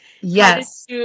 Yes